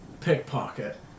pickpocket